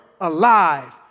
alive